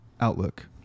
outlook